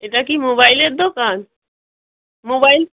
এটা কি মোবাইলের দোকান মোবাইল